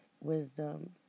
wisdom